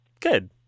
Good